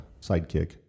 sidekick